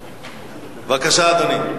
בבקשה, אדוני.